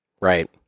Right